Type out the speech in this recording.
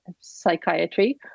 psychiatry